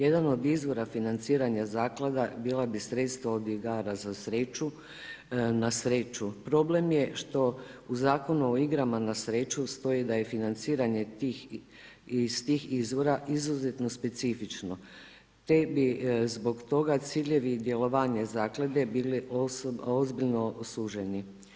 Jedan od izvora financiranja Zaklade bila bi sredstvo od igara za sreću, na sreću, problem je što u Zakonu o igrama na sreću stoji da je financiranje iz tih izvora izuzetno specifično, te bi zbog toga ciljevi djelovanja Zaklade bili ozbiljno suženi.